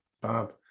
Bob